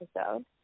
episode